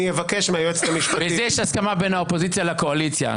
אני אבקש מהיועצת המשפטית --- בזה יש הסכמה בין האופוזיציה לקואליציה,